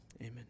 Amen